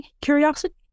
curiosity